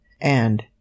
And